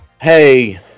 hey